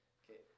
okay